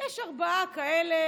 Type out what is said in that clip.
יש ארבעה כאלה.